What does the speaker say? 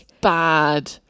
bad